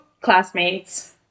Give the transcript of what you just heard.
classmates